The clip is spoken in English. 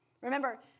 Remember